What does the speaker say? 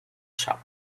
shop